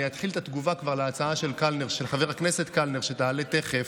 אני כבר אתחיל את התגובה להצעה של חבר הכנסת קלנר שתעלה תכף,